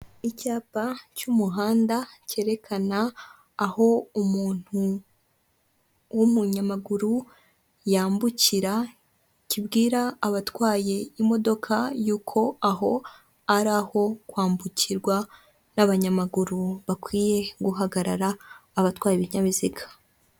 Icyapa cy'umuhanda kerekana aho umuntu w'umunyamaguru yambukira kibwira abatwaye imodoka yuko aho, ari aho kwambukirwa n'abanyamaguru bakwiye guhagarara abatwaye ibinyabiziga.